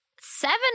Seven